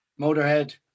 Motorhead